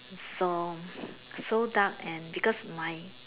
it's so so dark and because my